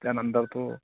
त्यानंतर तो